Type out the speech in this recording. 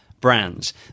brands